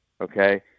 Okay